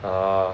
ah